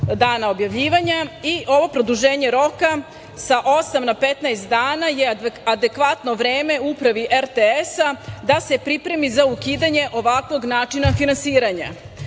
dana objavljivanja. Ovo produženje roka sa osam na 15 dana je adekvatno vreme upravi RTS-a da se pripremi za ukidanje ovakvog načina finansiranja. Dakle,